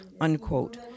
unquote